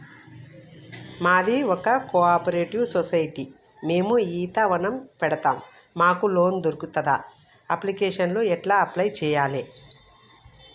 మాది ఒక cooperative society మేము ఈత వనం పెడతం మాకు లోన్ దొర్కుతదా? అప్లికేషన్లను ఎట్ల అప్లయ్ చేయాలే?